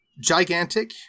Gigantic